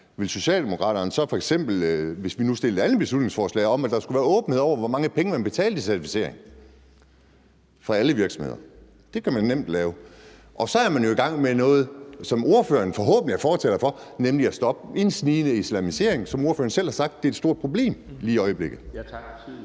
vil Socialdemokraterne så også gå ind for det, hvis vi nu alle fremsatte beslutningsforslag om, at der skulle være åbenhed om, hvor mange penge man betalte i certificering, for alle virksomheder? Det kan man nemt lave, og så er man jo i gang med noget, som ordføreren forhåbentlig er fortaler for, nemlig at stoppe en snigende islamisering, som ordføreren selv har sagt er et stort problem lige i øjeblikket.